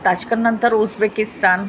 ताचकनंतर Uzbekistan